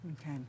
Okay